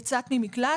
יצאת ממקלט,